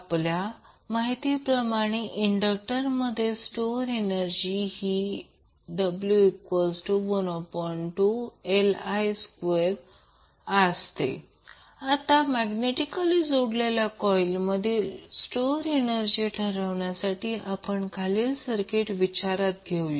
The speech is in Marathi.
आपल्या माहिती प्रमाणे इंडक्टरमध्ये स्टोअर एनर्जी ही w12Li2 आता मॅग्नेटिकली जोडलेल्या कॉइल मधील स्टोअर एनर्जी ठरविण्यासाठी आपण खालील सर्किट विचारात घेऊया